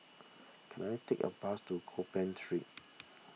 can I take a bus to Gopeng Street